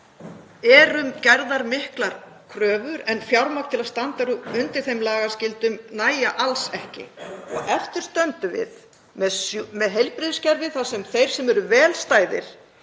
eru gerðar miklar kröfur en fjármagn til að standa undir þeim lagaskyldum nægja alls ekki. Eftir stöndum við með heilbrigðiskerfi þar sem þeir sem eru vel stæðir